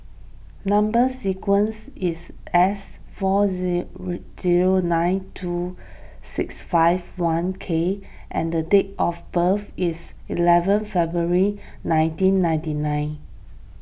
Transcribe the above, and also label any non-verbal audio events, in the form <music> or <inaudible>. Number Sequence is S four <unintelligible> zero nine two six five one K and date of birth is eleven February nineteen ninety nine